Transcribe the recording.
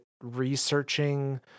researching